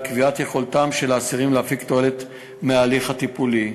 קביעת יכולתם להפיק תועלת מההליך הטיפולי,